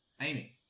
Amy